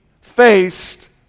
faced